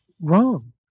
wrong